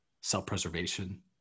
self-preservation